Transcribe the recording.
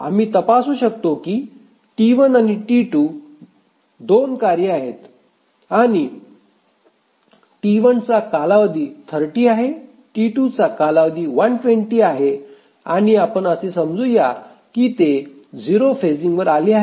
आम्ही तपासू शकतो की T1 आणि T2 2 कार्ये आहेत आणि T1 चा कालावधी 30 आहे T2 चा कालावधी 120 आहे आणि आपण असे समजू या की ते 0 फेजिंगवर आले आहेत